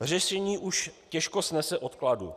Řešení už těžko snese odkladu.